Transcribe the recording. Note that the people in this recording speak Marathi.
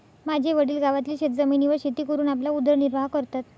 माझे वडील गावातील शेतजमिनीवर शेती करून आपला उदरनिर्वाह करतात